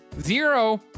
zero